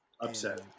upset